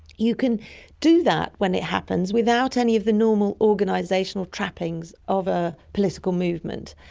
you can do that when it happens without any of the normal organisational trappings of a political movement.